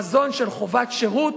חזון של חובת שירות,